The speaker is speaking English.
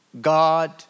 God